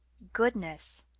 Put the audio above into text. goodness,